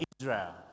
Israel